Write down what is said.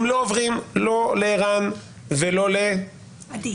הם לא עוברים לא לערן ולא לעדי.